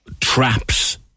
traps